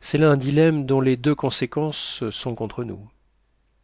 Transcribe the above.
c'est là un dilemme dont les deux conséquences sont contre nous